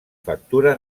factura